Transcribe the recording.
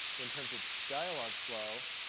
in terms of dialogflow,